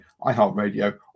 iHeartRadio